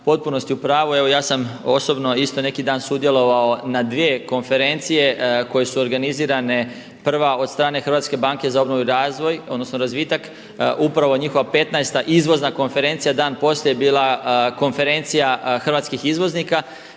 potpunosti u pravu. Evo ja sam osobno isto neki dan sudjelovao na dvije konferencije koje su organizirane, prva od strane HBOR-a upravo njihova 15. izvozna konferencija, dan poslije je bila konferencija hrvatskih izvoznika